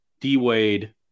D-Wade